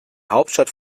hauptstadt